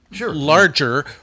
larger